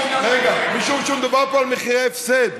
משום שמדובר פה על מחירי הפסד,